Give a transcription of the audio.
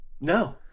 no